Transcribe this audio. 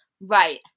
Right